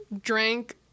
drank